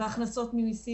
הוא לא מקבל דמי אבטלה,